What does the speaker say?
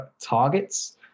targets